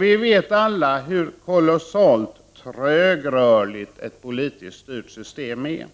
Vi vet alla hur kolossalt trögrörligt ett politiskt styrt system är.